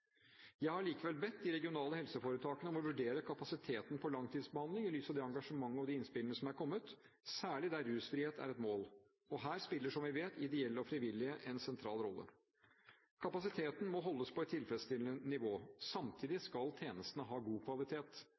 Jeg har likevel bedt de regionale helseforetakene om å vurdere kapasiteten på langtidsbehandling i lys av det engasjementet og de innspillene som er kommet, særlig der rusfrihet er et mål. Her spiller, som vi vet, ideelle og frivillige en sentral rolle. Kapasiteten må holdes på et tilfredsstillende nivå. Samtidig skal tjenestene ha god kvalitet.